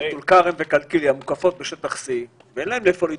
הרי טול כרם וקלקליה מוקפות בשטח C ואין להן לאיפה להתרחב,